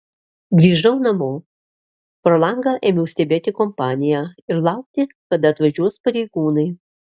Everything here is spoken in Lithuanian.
grįžau namo pro langą ėmiau stebėti kompaniją ir laukti kada atvažiuos pareigūnai